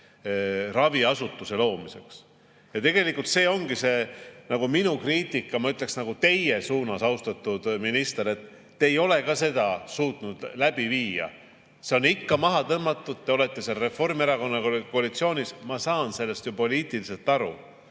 Ja tegelikult see ongi minu kriitika, ma ütleksin, nagu teile, austatud minister, et te ei ole ka seda suutnud läbi viia. See on ikka maha tõmmatud. Te olete Reformierakonnaga koalitsioonis, ma saan sellest ju poliitiliselt aru,